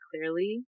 clearly